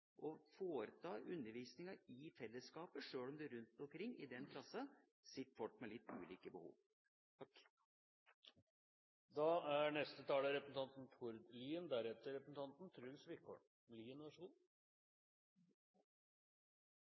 å foreta undervisninga i fellesskapet, sjøl om det rundt omkring i klassene sitter folk med litt ulike behov. Ofte når man står her, er